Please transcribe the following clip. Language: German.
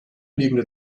liegende